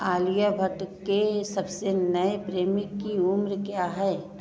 आलिआ भट्ट के सबसे नए प्रेमी की उम्र क्या है